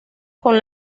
con